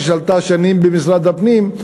ששלטה שנים במשרד הפנים.